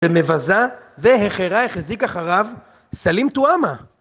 ומבזה והחרה החזיק אחריו סלים טועמה